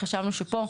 חשבנו שפה,